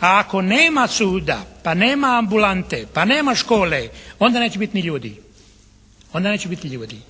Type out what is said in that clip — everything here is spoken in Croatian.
A ako nema suda, pa nema ambulante, pa nema škole, onda neće biti ni ljudi. Onda neće biti ljudi.